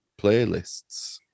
playlists